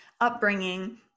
upbringing